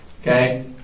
okay